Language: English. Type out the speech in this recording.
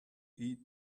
eat